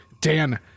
dan